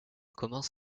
commence